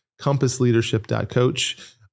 compassleadership.coach